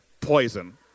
poison